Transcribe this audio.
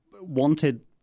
wanted